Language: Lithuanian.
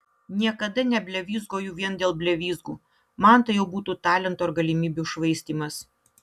niekada neblevyzgoju vien dėl blevyzgų man tai jau būtų talento ir galimybių švaistymas